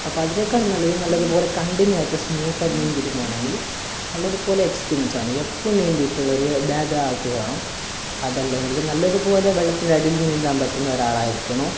അപ്പം അതിനേക്കാൾ നല്ലത് നല്ലതുപോലെ കണ്ടിന്യൂ ആയിട്ട് സ്മൂത്ത് ആയിട്ട് നീന്തിയിട്ട് പോവണമെങ്കിൽ നല്ലതുപോലെ എക്സ്പീരിയൻസ് ആണ് എപ്പോൾ നീന്തിയിട്ടുള്ളൊരു ഭേദമായ ആൾക്ക് വേണം അതല്ലെങ്കിൽ നല്ലതുപോലെ വെള്ളത്തിൻ്റെ അടിയിൽ നീന്താൻ പറ്റുന്ന ഒരാളായിരിക്കണം